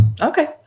okay